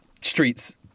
streets